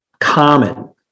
common